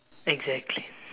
exactly